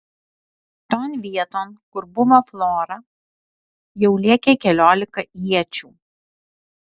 ton vieton kur buvo flora jau lėkė keliolika iečių